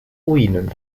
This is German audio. ruinen